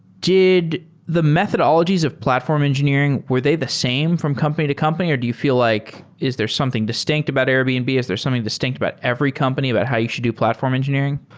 did the methodologies of platform engineering, were they the same from company to company or do you feel like is there something distinct about airbnb? and is there something distinct about every company about how you should do platform engineering?